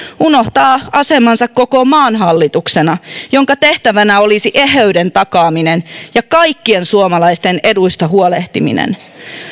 unohtaa asemansa koko maan hallituksena jonka tehtävänä olisi eheyden takaaminen ja kaikkien suomalaisten eduista huolehtiminen